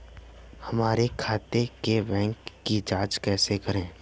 हमारे खाते के बैंक की जाँच कैसे करें?